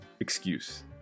excuse